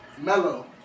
Mellow